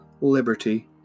liberty